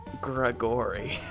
Gregory